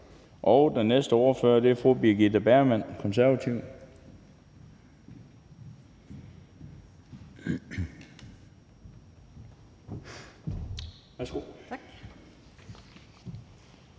Og den næste ordfører er fru Birgitte Bergman, Konservative. Værsgo. Kl.